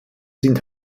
sind